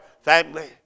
family